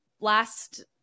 Last